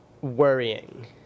worrying